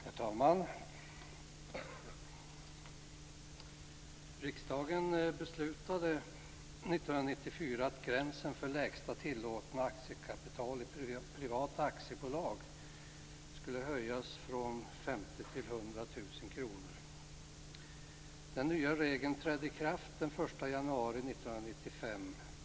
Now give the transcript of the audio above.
Herr talman! Riksdagen beslutade år 1994 att gränsen för lägsta tillåtna aktiekapital i privata aktiebolag skulle höjas från 50 000 kr till 100 000 kr. Den nya regeln trädde i kraft den 1 januari 1995.